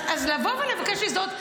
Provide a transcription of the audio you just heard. אז לבוא ולבקש להזדהות,